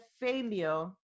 failure